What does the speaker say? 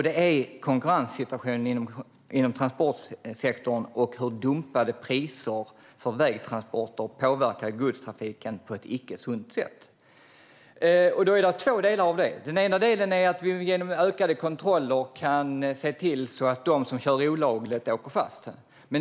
Det handlar om konkurrenssituationen inom transportsektorn och hur dumpade priser för vägtransporter påverkar godstrafiken på ett icke sunt sätt. Det finns två delar i detta. Den ena delen handlar om att vi genom ökade kontroller kan se till att de som kör olagligt åker fast.